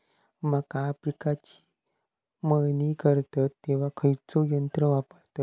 मका पिकाची मळणी करतत तेव्हा खैयचो यंत्र वापरतत?